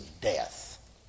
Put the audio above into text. death